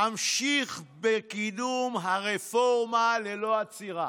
אמשיך בקידום הרפורמה ללא עצירה.